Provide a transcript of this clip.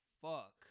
fuck